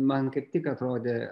man kaip tik atrodė